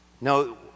No